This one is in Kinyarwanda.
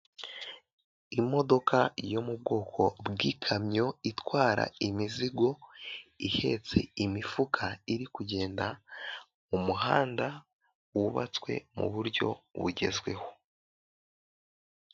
Imodoka yo mu bwoko bw'ikamyo itwara imizigo ihetse imifuka iri kugenda mu muhanda wubatswe mu buryo bugezweho.